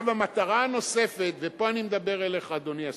המטרה הנוספת, ופה אני מדבר אליך, אדוני השר,